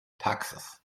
taxes